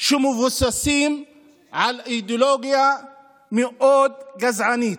שמבוססים על אידיאולוגיה מאוד גזענית.